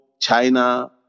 China